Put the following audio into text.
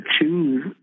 choose